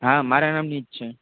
હાં મારા નામની